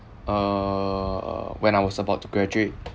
uh uh when I was about to graduate